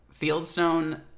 Fieldstone